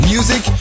Music